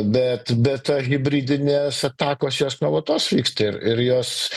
bet bet ta hibridinės atakos jos nuolatos vyksta ir ir jos